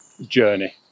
journey